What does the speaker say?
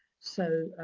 so,